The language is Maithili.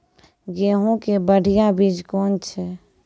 गेहूँ के बढ़िया बीज कौन छ?